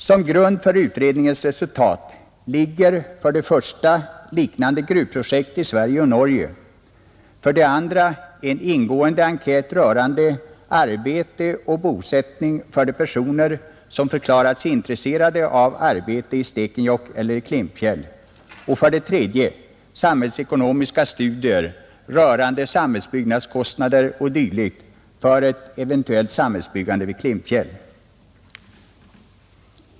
Som grund för utredningens resultat ligger för det första liknande gruvprojekt i Sverige och Norge, för det andra en ingående enkät rörande arbete och bosättning för de personer som förklarat sig intresserade av arbete i Stekenjokk eller i Klimpfjäll och för det tredje samhällsekonomiska studier rörande samhällsbyggnadskostnader o., d, för ett eventuellt samhällsbyggande i Klim pfjäll.